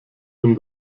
dem